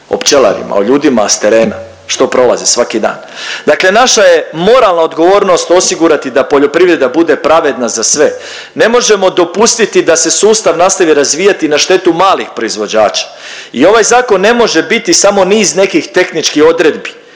o pčelarima, o ljudima sa terena što prolaze svaki dan. Dakle, naša je moralna odgovornost osigurati da poljoprivreda bude pravedna za sve. Ne možemo dopustiti da se sustav nastavi razvijati na štetu malih proizvođača i ovaj zakon ne može biti samo niz nekih tehničkih odredbi.